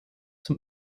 zum